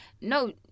No